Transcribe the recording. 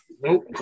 Nope